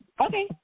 Okay